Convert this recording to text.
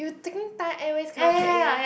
you taking Thai Airways cannot check in meh